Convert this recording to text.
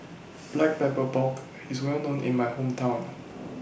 Black Pepper Pork IS Well known in My Hometown